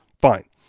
Fine